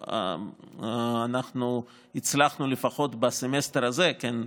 אנחנו הצלחנו, לפחות בסמסטר הזה, כן?